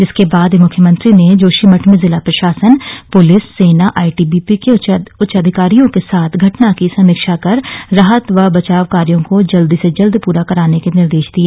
जिसके बाद मुख्यमंत्री ने जोशीमठ में जिला प्रशासन पुलिस सेना और आईटीबीपी के उच्चाधिकारियों के साथ घटना की समीक्षा कर राहत व बचाव कार्यो को जल्द से जल्द पुरा करने के निर्देश दिए